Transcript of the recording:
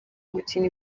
gukina